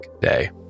day